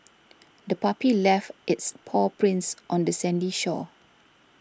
the puppy left its paw prints on the sandy shore